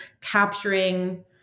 capturing